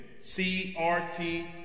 CRT